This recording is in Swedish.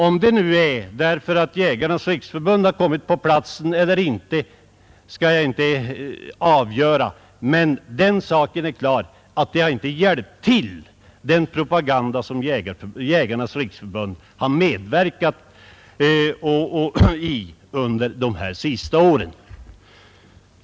Om det är för att Jägarnas riksförbund kommit på platsen eller inte kan jag inte avgöra, men det är klart att den propaganda som Jägarnas riksförbund har medverkat till under dessa senaste år har haft en viss betydelse.